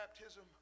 baptism